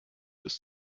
bis